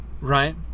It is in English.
right